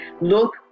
Look